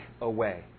away